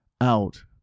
out